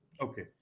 Okay